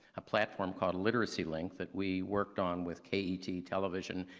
a platform called literacy links that we worked on with ket television,